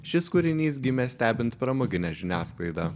šis kūrinys gimė stebint pramoginę žiniasklaidą